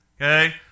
Okay